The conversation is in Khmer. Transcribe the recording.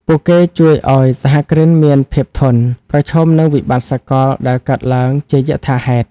ពួកគេជួយឱ្យសហគ្រិនមាន "ភាពធន់" ប្រឈមនឹងវិបត្តិសកលដែលកើតឡើងជាយថាហេតុ។